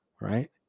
right